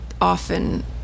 often